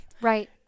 Right